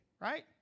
right